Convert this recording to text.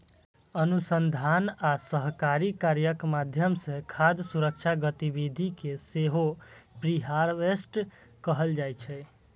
अनुसंधान आ सहकारी कार्यक माध्यम सं खाद्य सुरक्षा गतिविधि कें सेहो प्रीहार्वेस्ट कहल जाइ छै